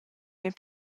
mia